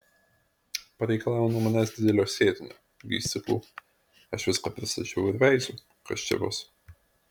pareikalavo nuo manęs didelio sėtinio vystyklų aš viską pristačiau ir veiziu kas čia bus